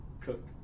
Cook